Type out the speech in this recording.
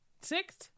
Six